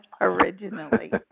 originally